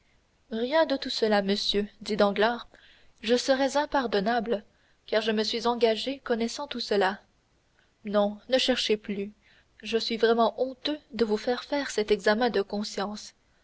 rien de tout cela monsieur dit danglars je serais impardonnable car je me suis engagé connaissant tout cela non ne cherchez plus je suis vraiment honteux de vous faire faire cet examen de conscience